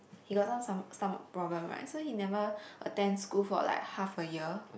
he got some stom~ stomach problem right so he never attend school for like half a year